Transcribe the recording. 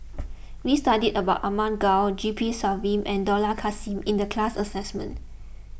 we studied about Ahmad Daud G P Selvam and Dollah Kassim in the class assignment